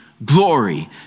Glory